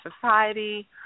society